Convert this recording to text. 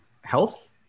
health